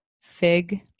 Fig